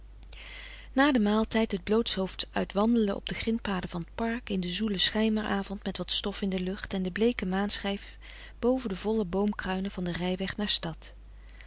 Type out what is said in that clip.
na den maaltijd het blootshoofds uitwandelen op de grintpaden van t park in den zoelen schemeravond met wat stof in de lucht en de bleeke maanschijf boven de volle boomkruinen van den rijweg naar stad